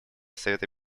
совета